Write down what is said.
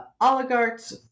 oligarchs